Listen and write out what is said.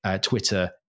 Twitter